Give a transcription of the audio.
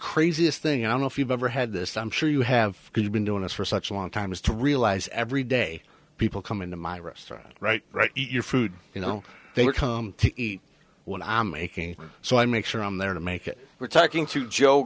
craziest thing i don't know if you've ever had this i'm sure you have been doing this for such a long time is to realize every day people come into my restaurant right right eat your food you know to eat when i'm making so i make sure i'm there to make it we're talking through joke